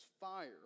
fire